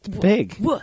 big